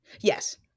yes